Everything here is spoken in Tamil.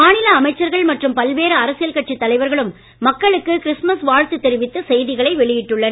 மாநில அமைச்சர்கள் மற்றும் பல்வேறு அரசியல் கட்சி தலைவர்களும் மக்களுக்கு கிறிஸ்துமஸ் வாழ்த்து தெரிவித்து செய்திகளை வெளியிட்டுள்ளனர்